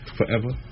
forever